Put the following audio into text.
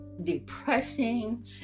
depressing